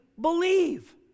believe